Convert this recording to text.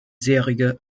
serie